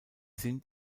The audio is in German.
sind